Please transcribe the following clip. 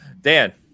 Dan